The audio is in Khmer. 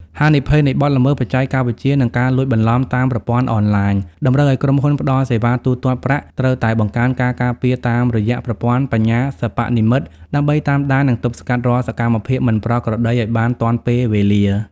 ហានិភ័យនៃបទល្មើសបច្ចេកវិទ្យា និងការលួចបន្លំតាមប្រព័ន្ធអនឡាញ តម្រូវឱ្យក្រុមហ៊ុនផ្ដល់សេវាទូទាត់ប្រាក់ត្រូវតែបង្កើនការការពារតាមរយៈប្រព័ន្ធបញ្ញាសិប្បនិម្មិតដើម្បីតាមដាន និងទប់ស្កាត់រាល់សកម្មភាពមិនប្រក្រតីឱ្យបានទាន់ពេលវេលា។